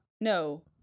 No